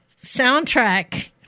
soundtrack